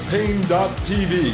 Pain.tv